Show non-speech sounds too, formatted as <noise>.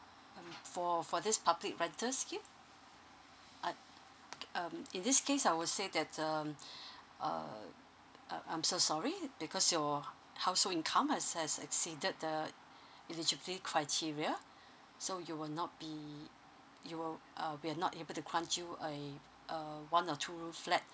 um for for this public rental scheme uh um in this case I would say that um <breath> uh I I'm so sorry because your household income has has exceeded the eligibility criteria so you will not be you will uh we are not able to grant you a uh a one or two room flat